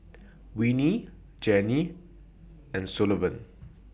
Winnie Jennie and Sullivan